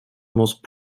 most